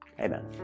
Amen